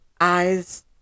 eyes